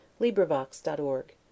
LibriVox.org